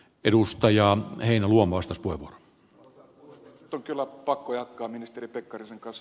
nyt on kyllä pakko jatkaa ministeri pekkarisen kanssa